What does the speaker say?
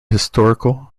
historical